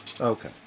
Okay